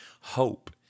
hope